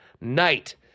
night